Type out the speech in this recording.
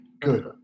Good